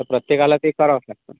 तर प्रत्येकाला ते करावंच लागतं